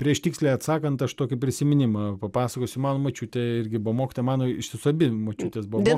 prieš tiksliai atsakant aš tokį prisiminimą papasakosiu mano močiutė irgi buvo mokytoja mano iš tiesų abi močiutės buvo mo